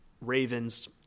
ravens